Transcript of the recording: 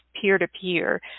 peer-to-peer